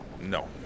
No